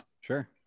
Sure